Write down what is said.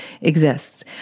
exists